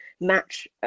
match